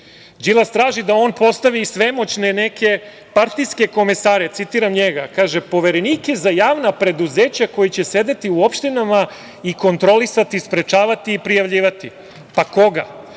traži da on postavi svemoćne partijske komesare, citiram njega – poverenika za javna preduzeća koji će sedeti u opštinama i kontrolisati, sprečavati i prijavljivati. Koga?